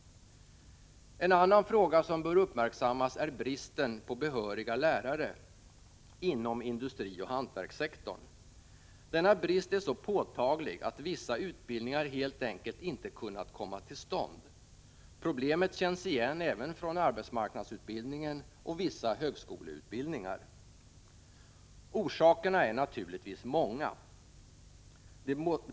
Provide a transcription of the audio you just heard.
En annan fråga som bör uppmärksammas är bristen på behöriga lärare inom industrioch hantverkssektorn. Denna brist är så påtaglig att vissa utbildningar helt enkelt inte kunnat komma till stånd. Problemet känns igen även från AMU och vissa högskoleutbildningar. Orsakerna är naturligtvis många.